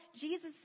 jesus